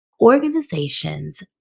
Organizations